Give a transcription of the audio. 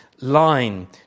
line